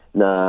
na